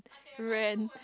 rent